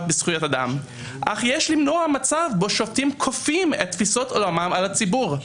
בזכויות אדם אך יש למנוע מצב בו שופטים כופים את תפיסות עולמם על הציבור.